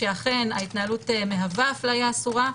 שאכן ההתנהגות מהווה הפליה אסורה,